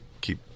keep